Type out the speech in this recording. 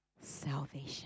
salvation